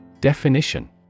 Definition